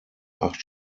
acht